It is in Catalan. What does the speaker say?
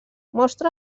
mostra